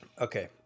Okay